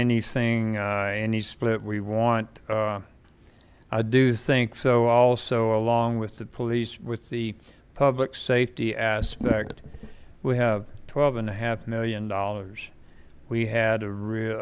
anything any split we want i do think so also along with the police with the public safety aspect we have twelve and a half million dollars we had a real